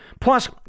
Plus